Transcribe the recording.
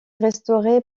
restaurée